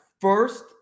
first